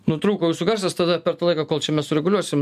nutrūko jūsų garsas tada per tą laiką kol čia mes sureguliuosim